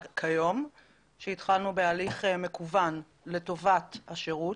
שהתחלנו בהליך מקוון לטובת השירות.